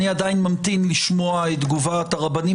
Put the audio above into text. אני עדיין ממתין לשמוע את תגובת הרבנים